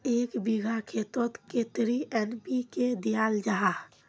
एक बिगहा खेतोत कतेरी एन.पी.के दियाल जहा?